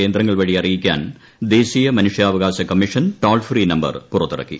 കേന്ദ്രങ്ങൾ വഴി അറിയിക്കാൻ ദേശീയ മനുഷ്യാവകാശ കമ്മിഷൻ ടോൾ ഫ്രീ നമ്പർ പുറത്തിറക്കി